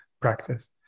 practice